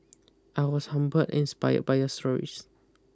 I was humble inspired by your stories